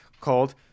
called